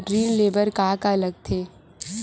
ऋण ले बर का का लगथे?